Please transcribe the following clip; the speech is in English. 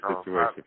situation